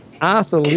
Arthur